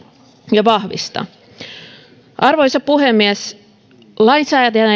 ja vahvistaa arvoisa puhemies lainsäätäjän